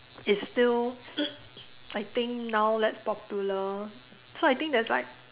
it's still I think now less popular so I think there's like